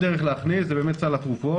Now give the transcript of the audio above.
הנקודה הבאה שרציתי לציין היא לגבי כן אברבנל,